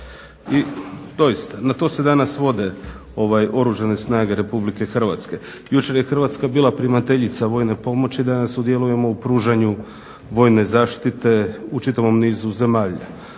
I doista, na to se danas svode Oružane snage Republike Hrvatske. Jučer je Hrvatska bila primateljica vojne pomoći, danas sudjelujemo u pružanju vojne zaštite u čitavom nizu zemalja.